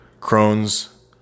Crohn's